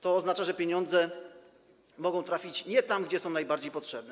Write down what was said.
To oznacza, że pieniądze mogą trafić nie tam, gdzie są najbardziej potrzebne.